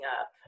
up